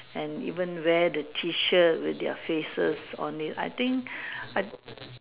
and even wear the T shirt with their faces on it I think I